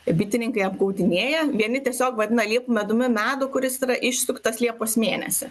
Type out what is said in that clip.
bitininkai apgaudinėja vieni tiesiog vadina liepų medumi medų kuris yra išsuktas liepos mėnesį